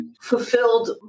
fulfilled